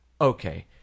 okay